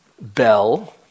bell